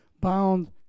bound